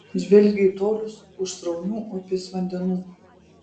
žvelgia į tolius už sraunių upės vandenų